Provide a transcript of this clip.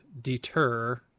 deter